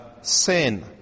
sin